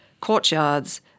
courtyards